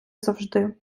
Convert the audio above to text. завжди